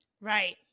Right